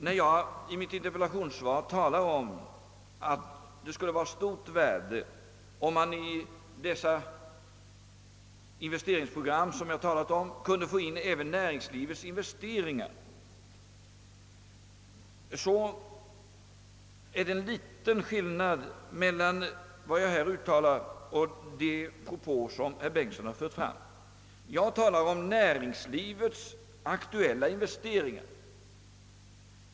När jag i mitt interpellationssvar talar om att det skulle vara av stort värde om man i dessa investeringsprogram kunde få in även näringslivets investeringar, är det en liten betydelseskillnad mellan vad jag uttalar och de propåer som herr Bengtson har fört fram. Jag talar om näringslivets aktuella investeringar.